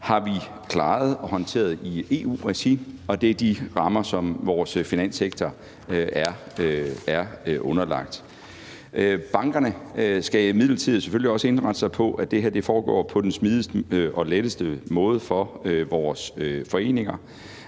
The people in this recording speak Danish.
har vi klaret og håndteret i EU-regi, og det er de rammer, som vores finanssektor er underlagt. Bankerne skal imidlertid selvfølgelig også indrette sig på, at det her foregår på den smidigste og letteste måde for vores foreninger,